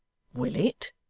willet!